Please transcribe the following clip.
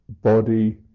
body